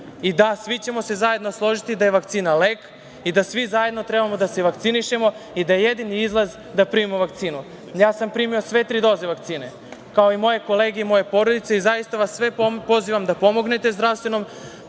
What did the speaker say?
i svi ćemo se zajedno složiti da je vakcina lek i da svi zajedno treba da se vakcinišemo i da je jedini izlaz da primimo vakcinu. Primio sam sve tri doze vakcine kao i moje kolege i moja porodica i zaista vas sve pozivam da pomognete zdravstvenom